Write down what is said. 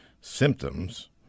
symptoms